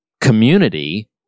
community